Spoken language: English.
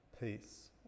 peace